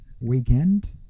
weekend